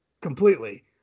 Completely